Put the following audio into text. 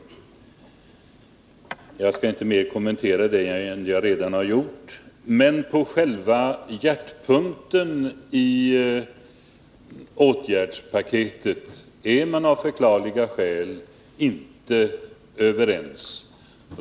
Jag skall inte kommentera det mer än jag redan har gjort. Men i fråga om själva hjärtpunkten i åtgärdspaketet är man av förklarliga skäl inte överens.